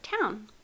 town